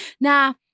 Now